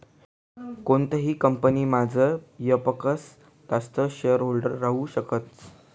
कोणताबी कंपनीमझार येकपक्सा जास्त शेअरहोल्डर राहू शकतस